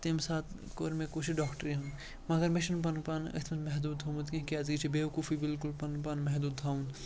تَمہِ ساتہٕ کوٚر مےٚ کوٗشِش ڈاکٹرٛی ہُنٛد مگر چھُنہٕ پَنُن پان أتھۍ منٛز محدوٗد تھوٚومُت کینٛہہ کیٛازِکہِ یہِ چھِ بے وقوفی بلکل پَنُن پان محدوٗد تھاوُن